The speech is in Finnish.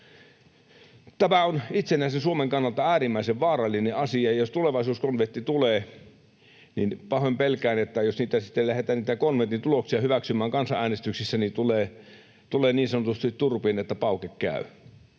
Tämä on itsenäisen Suomen kannalta äärimmäisen vaarallinen asia. Ja jos tulevaisuuskonventti tulee, niin pahoin pelkään, että jos sitten lähdetään niitä konventin tuloksia hyväksymään kansanäänestyksissä, niin tulee niin sanotusti turpiin, niin että pauke käy,